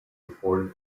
reporter